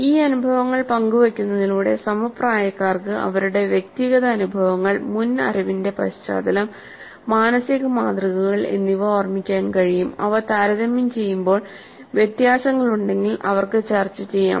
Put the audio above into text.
ഈ അനുഭവങ്ങൾ പങ്കുവെക്കുന്നതിലൂടെ സമപ്രായക്കാർക്ക് അവരുടെ വ്യക്തിഗത അനുഭവങ്ങൾ മുൻ അറിവിന്റെ പശ്ചാത്തലം മാനസിക മാതൃകകൾ എന്നിവ ഓർമ്മിക്കാൻ കഴിയും അവ താരതമ്യം ചെയ്യുമ്പോൾ വ്യത്യാസങ്ങളുണ്ടെങ്കിൽ അവർക്ക് ചർച്ചചെയ്യാം